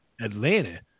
Atlanta